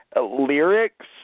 lyrics